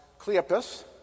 Cleopas